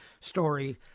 story